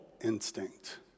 instinct